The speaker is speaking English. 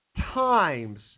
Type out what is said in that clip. times